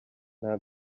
nta